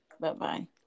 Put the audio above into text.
bye-bye